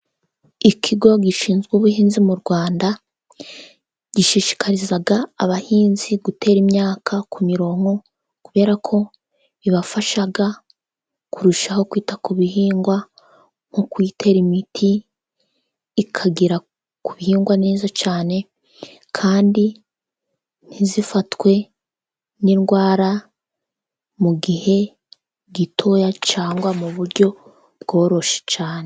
Ikigo gishinzwe ubuhinzi mu Rwanda gishishikariza abahinzi gutera imyaka ku mirongo, kubera ko bibafasha kurushaho kwita ku bihingwa, nko kubitera imiti ikagera ku bihingwa neza cyane, kandi ntibifatwe n'indwara mu gihe gitoya, cyangwa mu buryo bworoshye cyane.